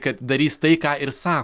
kad darys tai ką ir sa